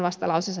kiitos